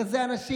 הרי האנשים,